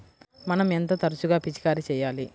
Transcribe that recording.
మనం ఎంత తరచుగా పిచికారీ చేయాలి?